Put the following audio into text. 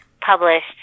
published